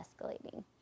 escalating